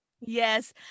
yes